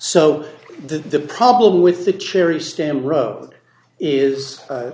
so the problem with the cherry stamp road is